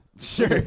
sure